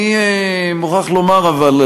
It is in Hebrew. אני מוכרח לומר אבל,